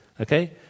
okay